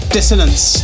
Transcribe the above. Dissonance